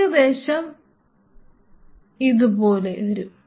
ഏകദേശം ഇതുപോലെ വരും